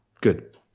good